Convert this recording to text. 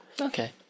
Okay